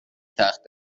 تخت